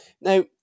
now